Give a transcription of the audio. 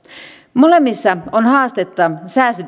molemmissa on haastetta